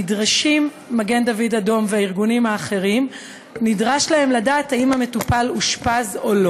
נדרש למגן-דוד-אדום ולארגונים האחרים לדעת אם המטופל אושפז או לא,